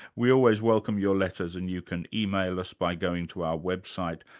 we always welcome your letters and you can email us by going to our website.